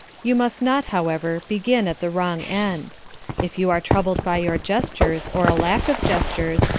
you must not, however, begin at the wrong end if you are troubled by your gestures, or a lack of gestures,